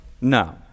No